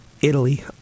Italy